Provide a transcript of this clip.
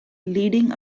leading